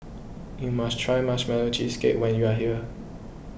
you must try Marshmallow Cheesecake when you are here